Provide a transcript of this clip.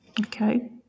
Okay